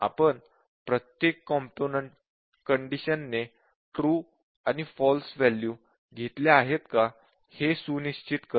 आपण प्रत्येक component condition ने ट्रू आणि फॉल्स वॅल्यू घेतल्या आहेत का हे सुनिश्चित करत नाही